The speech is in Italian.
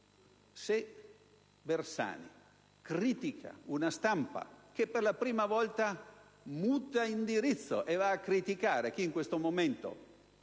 se Bersani critica una stampa che per la prima volta muta indirizzo e contesta chi in questo momento